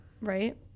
right